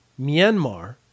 myanmar